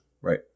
right